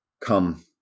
Come